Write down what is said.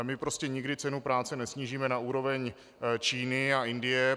My prostě nikdy cenu práce nesnížíme na úroveň Číny a Indie.